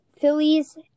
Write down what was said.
Phillies